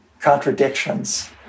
contradictions